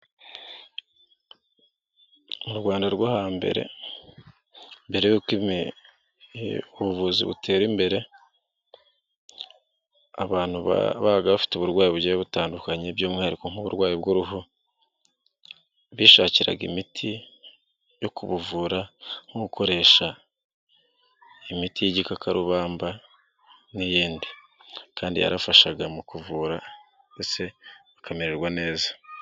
Mu rwanda rwo hambere mbere y'uko ubuvuzi butera imbere, abantu babaga bafite uburwayi bugiye butandukanye by'umwihariko nk'uburwayi bw'uruhu .bishakiraga imiti yo kubuvura nko gukoresha imiti y'igikakarubamba, n'iyindi kandi yarafashaga mu kuvura bakamererwa neza.